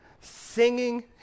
singing